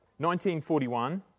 1941